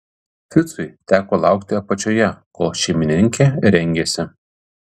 ficui teko laukti apačioje kol šeimininkė rengėsi